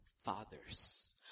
father's